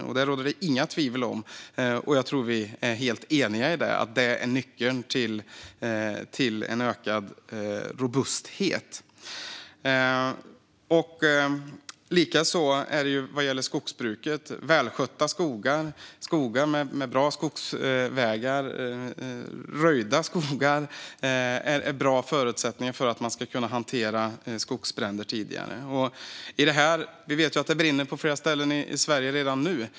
Detta råder det inga tvivel om, och jag tror att det råder full enighet om att det är nyckeln till en ökad robusthet. Likadant är det vad gäller skogsbruket. Välskötta skogar, skogar med bra skogsvägar och röjda skogar innebär bra förutsättningar för att man ska kunna hantera skogsbränder tidigare. Vi vet ju att det brinner på flera ställen i Sverige redan nu.